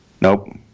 Nope